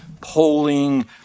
polling